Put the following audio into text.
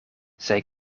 zij